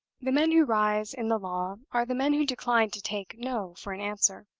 the men who rise in the law are the men who decline to take no for an answer.